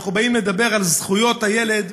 כשאנחנו באים לדבר על זכויות הילד,